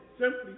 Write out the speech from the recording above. simply